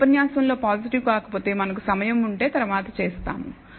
ఈ ఉపన్యాసంలో పాజిటివ్ కాకపోతే మనకు సమయం ఉంటే తరువాత చేస్తాము